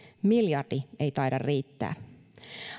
miljardi ei taida riittää